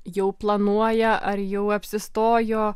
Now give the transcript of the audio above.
jau planuoja ar jau apsistojo